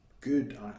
good